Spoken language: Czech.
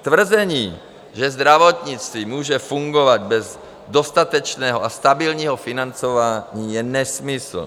Tvrzení, že zdravotnictví může fungovat bez dostatečného a stabilního financování, je nesmysl.